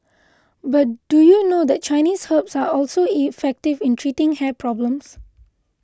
but do you know that Chinese herbs are also effective in treating hair problems